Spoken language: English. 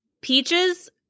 Peaches